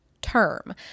term